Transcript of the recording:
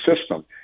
system